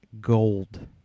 gold